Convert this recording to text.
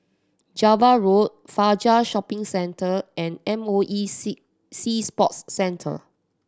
Java Road Fajar Shopping Centre and M O E Sea Sea Sports Centre